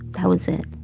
that was it